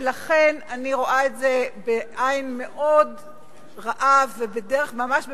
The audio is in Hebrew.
לכן אני רואה את זה בעין מאוד רעה וממש בבושה.